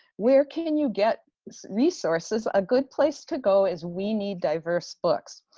where can you get resources? a good place to go is we need diverse books.